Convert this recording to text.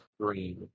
green